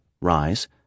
rise